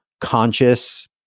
conscious